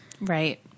Right